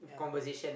yeah